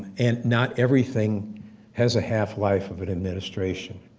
and not everything has a half-life of an administration.